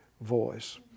voice